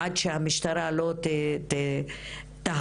עד שהמשטרה לא תהפוך